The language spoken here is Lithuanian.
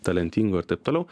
talentingo ir taip toliau